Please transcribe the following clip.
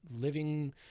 living